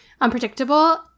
unpredictable